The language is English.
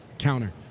Counter